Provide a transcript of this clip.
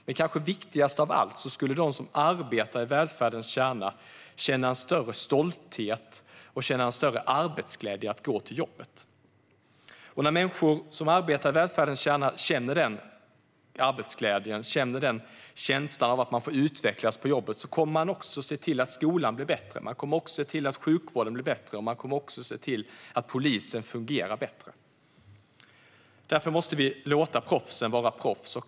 Men kanske viktigast av allt: De som arbetar i välfärdens kärna skulle känna en större stolthet och känna större arbetsglädje när de går till jobbet. När människor som arbetar i välfärdens kärna känner arbetsglädje och känner att de får utvecklas på jobbet kommer de också att se till att skolan blir bättre, sjukvården blir bättre och polisen fungerar bättre. Vi måste därför låta proffsen vara proffs.